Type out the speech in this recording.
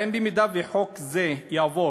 האם, במידה שחוק זה יעבור,